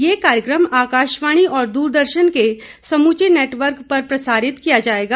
यह कार्यक्रम आकाशवाणी और दूरदर्शन के समूचे नेटवर्क पर प्रसारित किया जाएगा